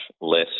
less